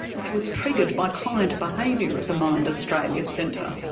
which was triggered by client behaviour at the mind australia centre.